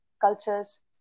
cultures